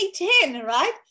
right